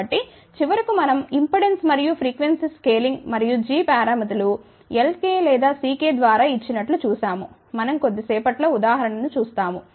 కాబట్టి చివరకు మనం ఇంపెడెన్స్ మరియు ఫ్రీక్వెన్సీ స్కేలింగ్ మరియు g పారామితులు Lk లేదా Ck ద్వారా ఇచ్చినట్లు చూశాము మనం కొద్దిసేపట్లో ఉదాహరణ ను చూస్తాము